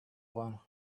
one